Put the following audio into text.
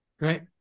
right